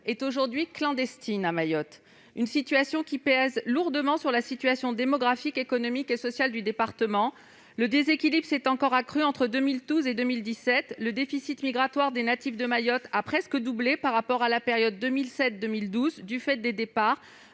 est désormais clandestine. De telles circonstances pèsent lourdement sur la situation démographique, économique et sociale du département. Le déséquilibre s'est encore accru entre 2012 et 2017 : ainsi, le déficit migratoire des natifs de Mayotte a presque doublé par rapport à la période 2007-2012, notamment du fait des départs